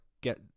get